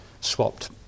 swapped